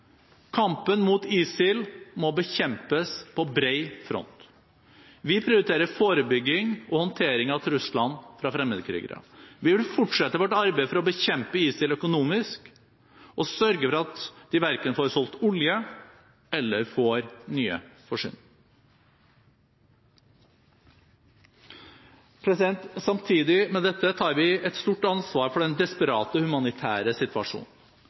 Kampen mot ISIL må kjempes på bred front. Vi prioriterer forebygging og håndtering av truslene fra fremmedkrigere. Vi vil fortsette vårt arbeid for å bekjempe ISIL økonomisk, og sørge for at de verken får solgt olje eller får nye forsyninger. Samtidig med dette tar vi stort ansvar for den desperate humanitære situasjonen.